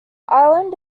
island